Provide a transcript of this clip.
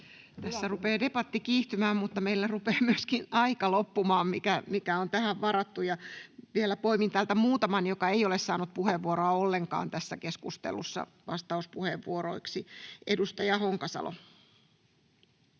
Tässä rupeaa debatti kiihtymään, mutta meillä rupeaa myöskin se aika loppumaan, mikä on tähän varattu. Vielä poimin täältä muutaman, jotka eivät ole saaneet vastauspuheenvuoroa ollenkaan tässä keskustelussa. — Edustaja Honkasalo.